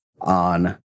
on